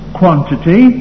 quantity